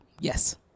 Yes